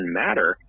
matter